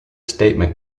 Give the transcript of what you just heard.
statement